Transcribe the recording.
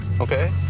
Okay